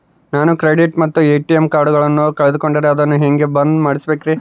ನಾನು ಕ್ರೆಡಿಟ್ ಮತ್ತ ಎ.ಟಿ.ಎಂ ಕಾರ್ಡಗಳನ್ನು ಕಳಕೊಂಡರೆ ಅದನ್ನು ಹೆಂಗೆ ಬಂದ್ ಮಾಡಿಸಬೇಕ್ರಿ?